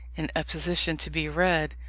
in a position to be read,